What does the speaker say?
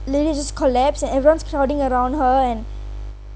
lady just collapse and everyone's crowding around her and